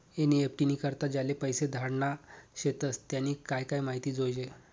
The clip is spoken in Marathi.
एन.ई.एफ.टी नी करता ज्याले पैसा धाडना शेतस त्यानी काय काय माहिती जोयजे